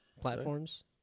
platforms